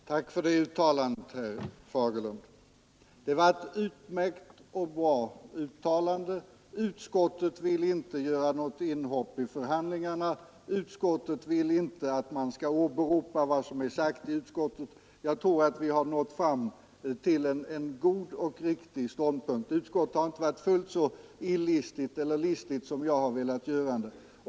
Herr talman! Tack för det uttalandet, herr Fagerlund! Det var ett utmärkt uttalande: Utskottet vill inte göra något inhopp i förhandlingarna, utskottet vill inte att man skall åberopa vad som är sagt i utskottet. Jag tror att vi har nått fram till en riktig ståndpunkt. Utskottet har inte varit fullt så listigt som jag har velat göra det.